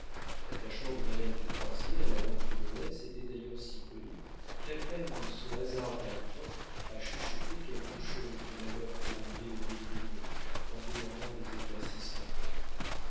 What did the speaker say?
l'attachement de madame du croisier à la haute noblesse était d'ailleurs si connu qu'à peine se hasarda t on à chuchoter quelque chose du malheur qui arrivait aux